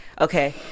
okay